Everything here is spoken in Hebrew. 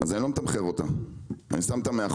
אז אני לא מתמחר אותה, אני שם את ההנחה